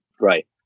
Right